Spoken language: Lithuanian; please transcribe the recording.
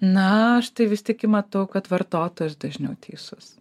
na aš tai vis tik matau kad vartotojas dažniau teisus